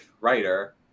writer